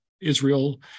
Israel